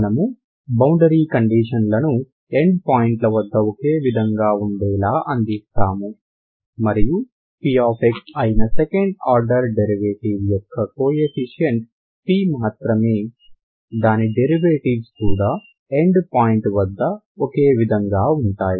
మనము బౌండరీ కండిషన్లను end point ల వద్ద ఒకే విధంగా ఉండేలా అందిస్తాము మరియు p అయిన సెకండ్ ఆర్డర్ డెరివేటివ్ యొక్క కోఎఫిషియంట్ p అయితే మాత్రమే దాని డెరివేటివ్స్ కూడా ఎండ్ పాయింట్ వద్ద ఒకే విధంగా ఉంటాయి